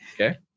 Okay